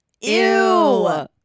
Ew